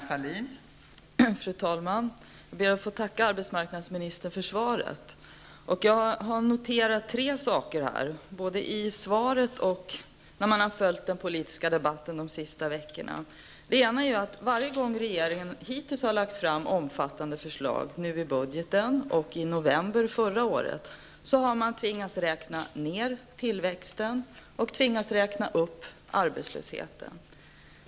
Fru talman! Jag ber att få tacka arbetsmarknadsministern för svaret. Jag har noterat tre saker både i svaret och i den politiska debatten under de senaste veckorna. Den första jag noterat är att varje gång regeringen hittills har lagt fram omfattande förslag, nu i budgeten och i november förra året, har man tvingats räkna ner tillväxten och räkna upp arbetslösheten.